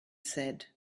said